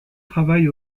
travaille